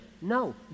No